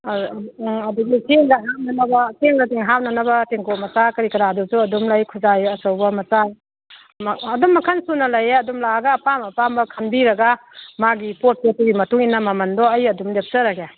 ꯑꯗꯨꯒ ꯆꯦꯡꯒ ꯍꯩꯖꯟꯅꯅꯕ ꯆꯦꯡ ꯀꯩ ꯀꯩ ꯍꯥꯞꯅꯅꯕ ꯇꯦꯡꯀꯣꯠ ꯃꯆꯥ ꯀꯔꯤ ꯀꯔꯥꯗꯨꯁꯨ ꯑꯗꯨꯝ ꯂꯩ ꯈꯨꯖꯥꯏ ꯑꯆꯧꯕ ꯃꯆꯥ ꯑꯗꯨꯝ ꯃꯈꯟ ꯁꯨꯅ ꯂꯩꯌꯦ ꯑꯗꯨꯝ ꯂꯥꯛꯑꯒ ꯑꯄꯥꯝ ꯑꯄꯥꯝꯕ ꯈꯟꯕꯤꯔꯒ ꯃꯥꯒꯤ ꯄꯣꯠ ꯄꯣꯠꯇꯨꯒꯤ ꯃꯇꯨꯡ ꯏꯟꯅ ꯃꯃꯟꯗꯣ ꯑꯩ ꯑꯗꯨꯝ ꯂꯦꯞꯆꯔꯒꯦ